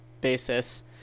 basis